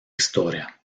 historia